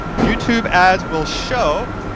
youtube ads will show,